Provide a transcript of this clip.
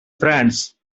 france